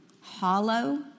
hollow